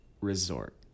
resort